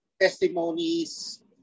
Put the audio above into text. testimonies